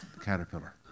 caterpillar